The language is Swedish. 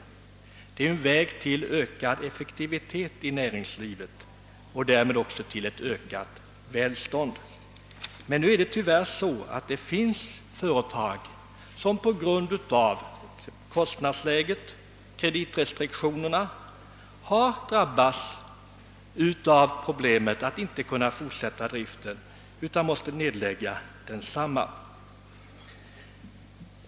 Det är en väg till ökad effektivitet i näringslivet och därmed också till ett ökat välstånd. Nu är det tyvärr så att det finns företag, som på grund av kostnadsläget och kreditrestriktionerna har drabbats av problemet att inte kunna fortsätta driften utan tvingas lägga ned densamma.